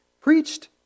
preached